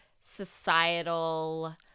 societal